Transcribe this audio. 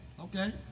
Okay